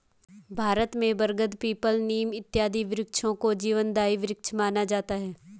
भारत में बरगद पीपल नीम इत्यादि वृक्षों को जीवनदायी वृक्ष माना जाता है